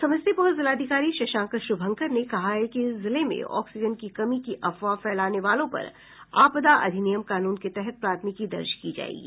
समस्तीपुर के जिलाधिकारी शशांक श्रभंकर ने कहा है कि जिले में ऑक्सीजन की कमी की अफवाह फैलाने वालों पर आपदा अधिनियम कानून के तहत प्राथमिकी दर्ज की जायेगी